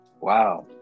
Wow